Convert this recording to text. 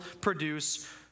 produce